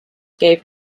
gave